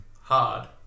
hard